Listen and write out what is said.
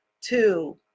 two